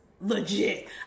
Legit